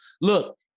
Look